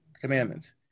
commandments